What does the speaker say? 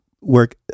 work